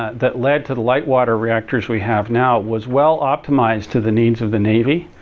that led to the light water reactors we have now was well optimized to the needs of the navy.